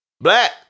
Black